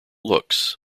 looks